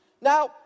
Now